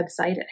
website